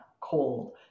cold